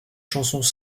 chansons